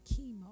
chemo